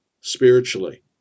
spiritually